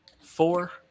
four